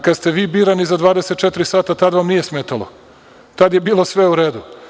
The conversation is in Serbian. Kada ste vi birani za 24 sata, tada vam nije smetalo, tada je bilo sve u redu.